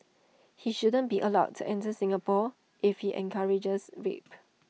he shouldn't be allowed to enter Singapore if he encourages rape